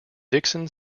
dixon